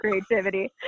creativity